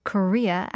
Korea